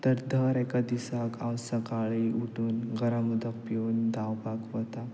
तर दर एका दिसा हांव सकाळीं उठून गरम उदक पिवून धांवपाक वता